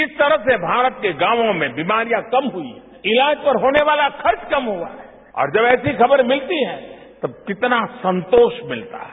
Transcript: किस तरह से भारत के गांवों में बीमारियां कम हुई है ईलाज पर होने वाला खर्च कम हुआ है और जब ऐसी खबर मिलती है तो कितना संतोष मिलता है